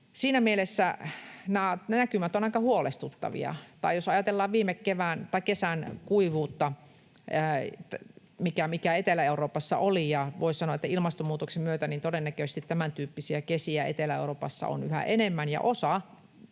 siinä mielessä nämä näkymät ovat aika huolestuttavia. Tai jos ajatellaan viime kesän kuivuutta, mikä Etelä-Euroopassa oli — ja voi sanoa, että ilmastonmuutoksen myötä todennäköisesti tämäntyyppisiä kesiä Etelä-Euroopassa on yhä enemmän ja osa